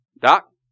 Doc